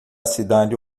cidade